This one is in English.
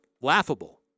laughable